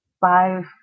five